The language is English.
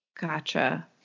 Gotcha